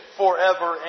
forever